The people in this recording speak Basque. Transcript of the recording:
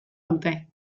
dute